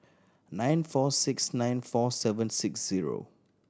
nine four six nine four seven six zero